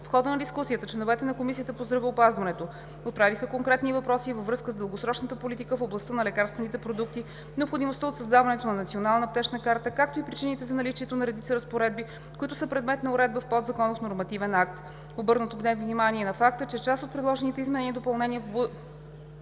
В хода на дискусията членовете на Комисията по здравеопазването отправиха конкретни въпроси във връзка с дългосрочната политика в областта на лекарствените продукти, необходимостта от създаването на Национална аптечна карта, както и причините за наличието на редица разпоредби, които са предмет на уредба в подзаконов нормативен акт. Обърнато бе внимание на факта, че част от предложените изменения и допълнения будят